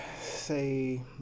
say